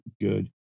good